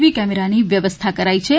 વી કેમેરાની વ્યથવસ્થા કરાઈ છે